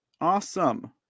Awesome